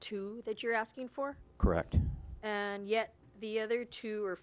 two that you're asking for correct yet the other two are